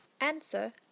Answer